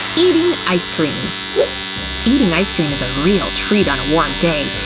eating ice cream eating ice cream is a real treat on a warm day.